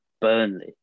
Burnley